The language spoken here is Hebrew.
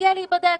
ולהגיע להיבדק,